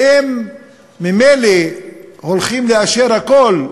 והם ממילא הולכים לאשר הכול.